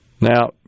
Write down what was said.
Now